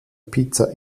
pizza